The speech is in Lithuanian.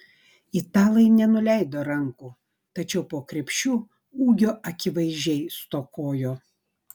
italai nenuleido rankų tačiau po krepšiu ūgio akivaizdžiai stokojo